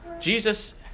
Jesus